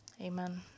Amen